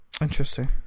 Interesting